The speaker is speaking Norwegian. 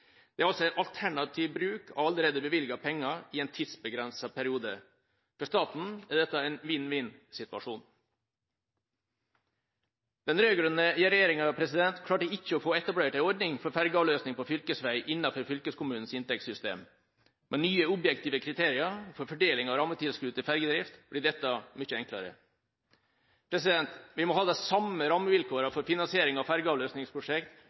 Det er altså en alternativ bruk av allerede bevilgede penger i en tidsbegrenset periode. For staten er dette en vinn-vinn-situasjon. Den rød-grønne regjeringa klarte ikke å få etablert en ordning for fergeavløsning på fylkesvei innenfor fylkeskommunens inntektssystem. Med nye objektive kriterier for fordeling av rammetilskudd til fergedrift blir dette mye enklere. Vi må ha de samme rammevilkårene for finansiering av fergeavløsningsprosjekt